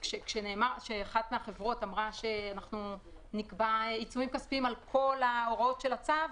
כשאחת מהחברות אמרה שאנחנו נקבע עיצומים כספיים על כל ההוראות של הצו,